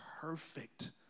perfect